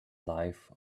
life